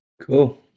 cool